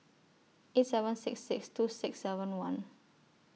eight seven six six two six seven one